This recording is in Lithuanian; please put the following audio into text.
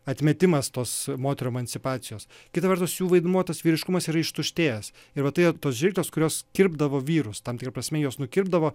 atmetimas tos moterų emancipacijos kita vertus jų vaidmuo tas vyriškumas yra ištuštėjęs ir va tai yra tos žirklės kurios kirpdavo vyrus tam tikra prasme juos nukirpdavo